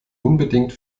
unbedingt